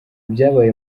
byabaye